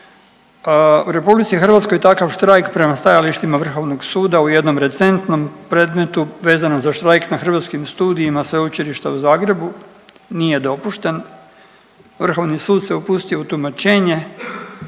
i sloboda. U RH takav štrajk prema stajalištima Vrhovnog suda u jednom recentnom predmetu vezano za štrajk na Hrvatskim studijima Sveučilišta u Zagrebu nije dopušten. Vrhovni sud se upustio u tumačenje